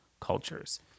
cultures